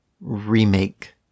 remake